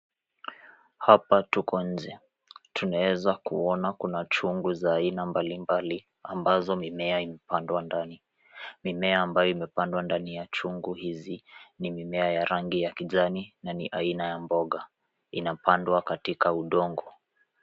Hapa tuko nje tunaezakuona kuona kuna chungu za aina mbali mbali ambazo mimea imepandwa ndani . Mimea ambayo imepandwa ndani ya chungu hizi ni mimea ya rangi ya kijani na ni aina ya mboga inapandwa katika udongo.